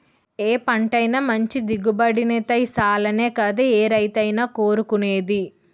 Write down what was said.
ఏ పంటైనా మంచి దిగుబడినిత్తే సాలనే కదా ఏ రైతైనా కోరుకునేది?